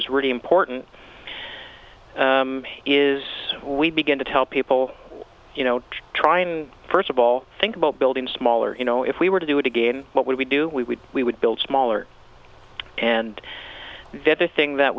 is really important is we begin to tell people you know trying first of all think about building smaller you know if we were to do it again what would we do we would we would build smaller and then the thing that